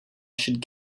should